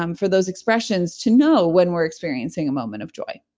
um for those expressions to know when we're experiencing a moment of joy